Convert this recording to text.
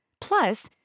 Plus